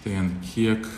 tai an kiek